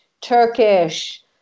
Turkish